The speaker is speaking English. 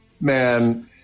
man